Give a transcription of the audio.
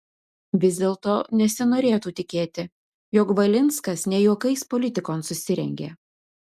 vis dėlto nesinorėtų tikėti jog valinskas ne juokais politikon susirengė